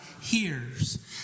hears